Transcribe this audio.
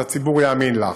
אז הציבור יאמין לך.